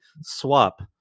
swap